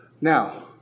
Now